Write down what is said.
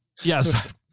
Yes